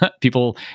People